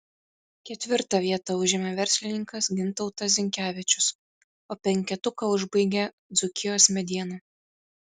ketvirtą vietą užėmė verslininkas gintautas zinkevičius o penketuką užbaigė dzūkijos mediena